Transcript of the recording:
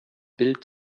bild